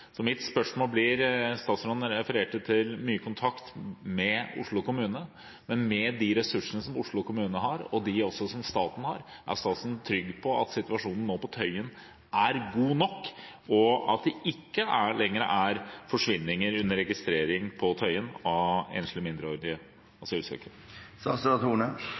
Statsråden refererte til mye kontakt med Oslo kommune. Mitt spørsmål blir: Med de ressursene som Oslo kommune har, og de som staten har, er statsråden trygg på at situasjonen på Tøyen nå er god nok, og på at det ikke lenger er forsvinninger under registrering på Tøyen av enslige mindreårige asylsøkere? Jeg var og